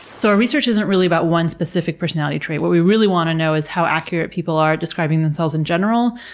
so our research isn't really about one specific personality trait. what we really want to know is how accurate people are at describing themselves in general.